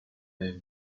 have